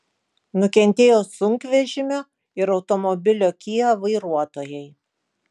nukentėjo sunkvežimio ir automobilio kia vairuotojai